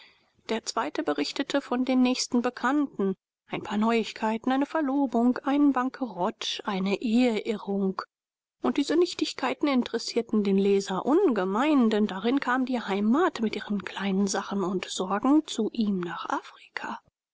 der zweite berichtete von den nächsten bekannten ein paar neuigkeiten eine verlobung einen bankerott eine eheirrung und diese nichtigkeiten interessierten den leser ungemein denn darin kam die heimat mit ihren kleinen sachen und sorgen zu ihm nach afrika